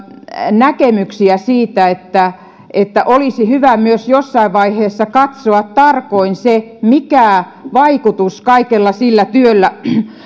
näkemyksiä siitä että että olisi hyvä myös jossain vaiheessa katsoa tarkoin se mikä vaikutus kaikella sillä työllä